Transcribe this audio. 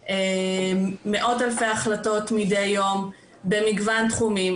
מאות אלפי החלטות מדי יום במגוון תחומים,